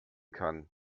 kann